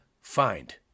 find